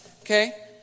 okay